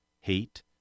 hate